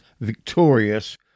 victorious